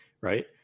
right